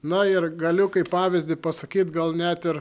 na ir galiu kaip pavyzdį pasakyt gal net ir